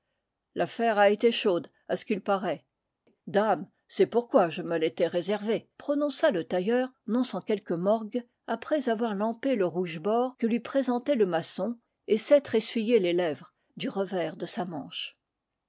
l'affaire a été chaude à ce qu'il paraît dam c'est pourquoi je me l'étais réservée prononça le tailleur non sans quelque morgue après avoir lampé le rouge bord que lui présentait le maçon et s'être essuyé les lèvres du revers de sa manche